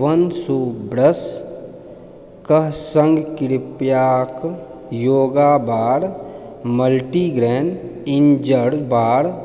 वन shoe ब्रशके सङ्ग कृपयाके योगा बार मल्टीग्रेन एन्जर बार